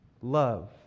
Love